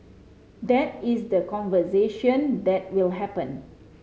that is the conversation that will happen